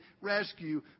rescue